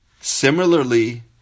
Similarly